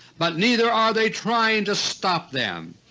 but neither are they trying to stop them.